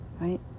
right